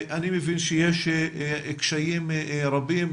אני מבין שיש קשיים רבים,